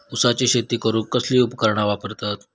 ऊसाची शेती करूक कसली उपकरणा वापरतत?